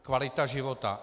Kvalita života?